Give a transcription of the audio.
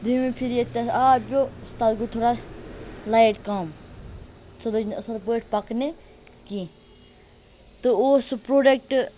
دٔیمہِ پھِرِ ییٚلہِ تَتھ آب پیوٚو تَتھ گوٚو تھوڑا لایِٹ کَم سۄ لٔج نہٕ اَصٕل پٲٹھۍ پَکنہِ کیٚنہہ تہٕ اوس سُہ پرٛوٚڈَکٹ